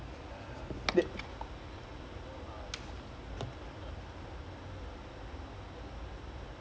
ya ya so if is this I don't know lah like this kind of teams எப்போதோ:eppotho like you they will just keep saying